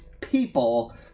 people